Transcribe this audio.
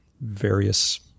various